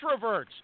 introverts